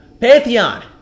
Pantheon